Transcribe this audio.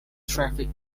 traffic